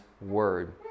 Word